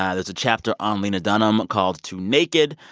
yeah there's a chapter on lena dunham called too naked,